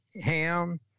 Ham